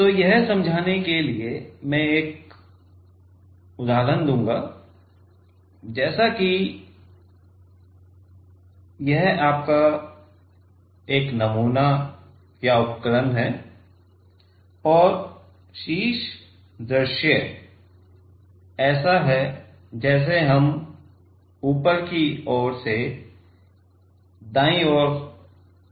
तो यह समझाने के लिए कि मैं यह उदाहरण दूंगा जैसे हम कहते हैं कि यह आपका नमूना या उपकरण है और शीर्ष दृश्य ऐसा है जैसे हम ऊपर की ओर से दाईं ओर देख रहे हैं